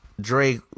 Drake